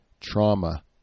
trauma